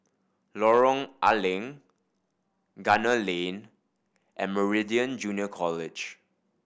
Lorong A Leng Gunner Lane and Meridian Junior College